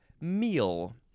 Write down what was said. meal